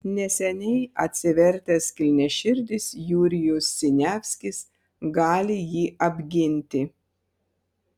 neseniai atsivertęs kilniaširdis jurijus siniavskis gali jį apginti